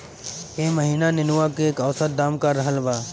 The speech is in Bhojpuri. एह महीना नेनुआ के औसत दाम का रहल बा?